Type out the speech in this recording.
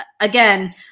again